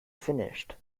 finished